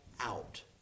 out